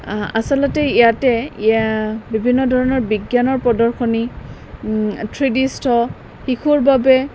আচলতে ইয়াতে বিভিন্ন ধৰণৰ বিজ্ঞানৰ প্ৰদৰ্শনী শিশুৰ বাবে